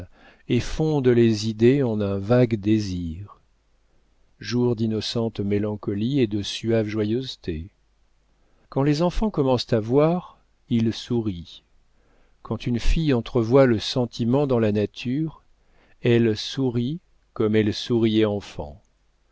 et fondent les idées en un vague désir jour d'innocente mélancolie et de suaves joyeusetés quand les enfants commencent à voir ils sourient quand une fille entrevoit le sentiment dans la nature elle sourit comme elle souriait enfant